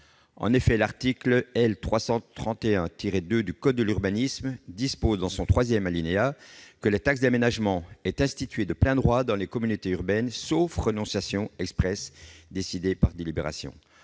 3° de l'article L. 331-2 du code de l'urbanisme dispose que la taxe d'aménagement est instituée de plein droit dans les communautés urbaines sauf renonciation expresse décidée par délibération.